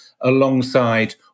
alongside